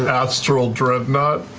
astral dreadnought?